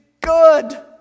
good